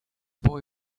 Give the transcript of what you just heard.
boy